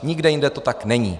Nikde jinde to tak není.